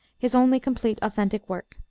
his only complete authentic work.